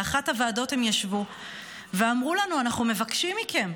באחת הוועדות הם ישבו ואמרו לנו: אנחנו מבקשים מכם,